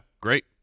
great